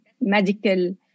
medical